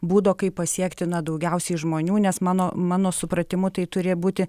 būdo kaip pasiekti na daugiausiai žmonių nes mano mano supratimu tai turi būti